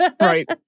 Right